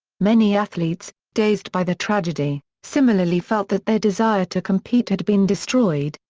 many athletes, dazed by the tragedy, similarly felt that their desire to compete had been destroyed,